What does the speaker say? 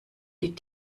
die